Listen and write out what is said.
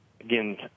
again